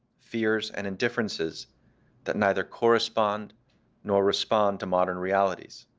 fears, and indifferences that neither correspond nor respond to modern realities.